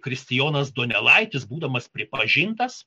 kristijonas donelaitis būdamas pripažintas